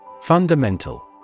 Fundamental